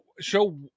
show